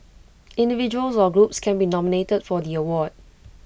individuals or groups can be nominated for the award